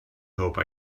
hope